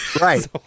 right